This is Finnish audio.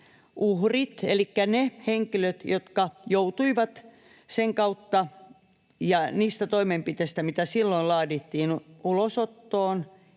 uhrit elikkä ne henkilöt, jotka joutuivat sen kautta ja niistä toimenpiteistä, mitä silloin laadittiin, ulosottoon